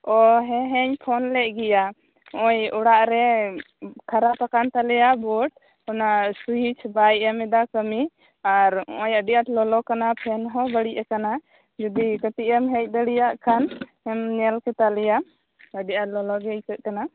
ᱚᱻ ᱦᱮᱸ ᱦᱮᱸᱧ ᱯᱷᱳᱱ ᱞᱮᱫ ᱜᱮᱭᱟᱧ ᱱᱚᱜ ᱚᱭ ᱚᱲᱟᱜ ᱨᱮ ᱠᱷᱟᱨᱟᱯ ᱟᱠᱟᱱ ᱛᱟᱞᱮᱭᱟ ᱵᱳᱨᱰ ᱚᱱᱟ ᱥᱩᱭᱤᱪ ᱵᱟᱭ ᱮᱢ ᱮᱫᱟ ᱠᱟᱹᱢᱤ ᱟᱨ ᱱᱚᱜ ᱚᱭ ᱟᱹᱰᱤ ᱟᱸᱴ ᱞᱚᱞᱚ ᱠᱟᱱᱟ ᱯᱷᱮᱱ ᱦᱚᱸ ᱵᱟᱹᱲᱤᱡ ᱟᱠᱟᱱᱟ ᱡᱩᱫᱤ ᱠᱟᱴᱤᱡ ᱮᱢ ᱦᱮᱡ ᱫᱟᱲᱮᱭᱟᱜ ᱠᱷᱟᱱ ᱧᱮᱞ ᱠᱮᱛᱟᱞᱮᱭᱟᱢ ᱟᱹᱰᱤ ᱟᱸᱴ ᱞᱚᱞᱚ ᱜᱮ ᱟᱹᱭᱠᱟᱹᱜ ᱠᱟᱱᱟ